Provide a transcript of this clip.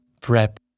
Prep